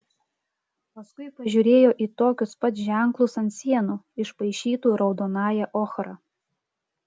paskui pažiūrėjo į tokius pat ženklus ant sienų išpaišytų raudonąja ochra